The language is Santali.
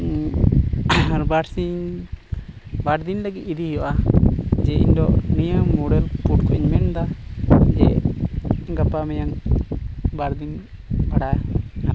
ᱵᱟᱨᱥᱤᱧ ᱵᱟᱨ ᱫᱤᱱ ᱞᱟᱹᱜᱤᱫ ᱤᱫᱤᱭ ᱦᱩᱭᱩᱜᱼᱟ ᱡᱮ ᱤᱧ ᱫᱚ ᱱᱤᱭᱟᱹ ᱢᱚᱨᱟᱨᱤᱯᱩᱨ ᱠᱷᱚᱱ ᱤᱧ ᱢᱮᱱ ᱮᱫᱟ ᱡᱮ ᱜᱟᱯᱟ ᱢᱮᱭᱟᱝ ᱵᱟᱨ ᱫᱤᱱ ᱵᱷᱟᱲᱟ